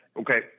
Okay